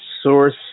source